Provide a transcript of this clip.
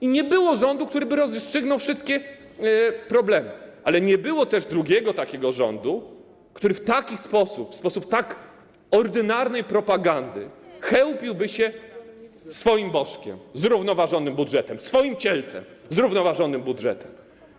I nie było rządu, który rozwiązałby wszystkie problemy, ale nie było też drugiego takiego rządu, który w taki sposób, z wykorzystaniem tak ordynarnej propagandy chełpiłby się swoim bożkiem - zrównoważonym budżetem, swoim cielcem - zrównoważonym budżetem.